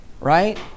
right